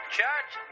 Church